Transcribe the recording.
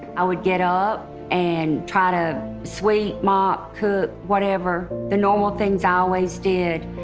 i would get up and try to sweep, mop, cook, whatever, the normal things i always did,